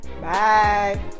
Bye